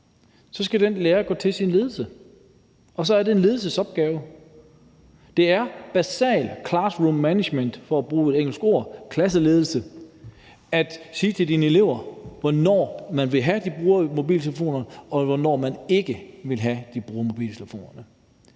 så skal den lærer gå til sin ledelse, og så er det en ledelsesopgave. Det er basal classroom management, for at bruge et engelsk ord, klasseledelse, at sige til sine elever, hvornår man vil have de bruger mobiltelefoner, og hvornår man ikke vil have at de bruger mobiltelefoner.